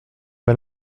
pas